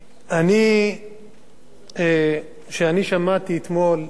כשאני שמעתי אתמול על פטירתו